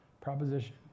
proposition